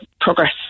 progress